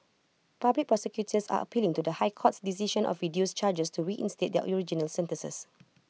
public prosecutors are appealing to the high court's decision of reduced charges to reinstate their original sentences